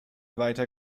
weiter